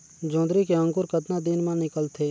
जोंदरी के अंकुर कतना दिन मां निकलथे?